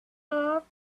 off